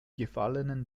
gefallenen